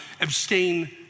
abstain